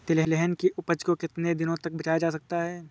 तिलहन की उपज को कितनी दिनों तक बचाया जा सकता है?